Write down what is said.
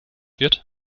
wird